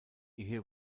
ehe